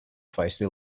feisty